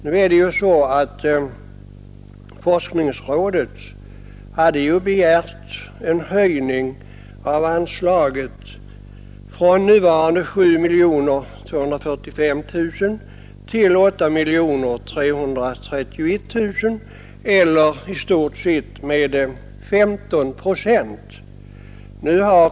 Nu hade ju forskningsrådet begärt en höjning av anslaget från nuvarande 7 245 000 till 8 331 000 eller i stort sett med 15 procent.